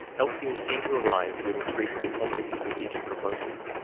health fears seem to arise with increasing intensity with each proposal.